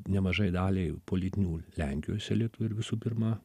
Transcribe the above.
nemažai daliai politinių lenkijos elitų ir visų pirma